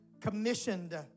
Commissioned